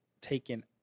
taken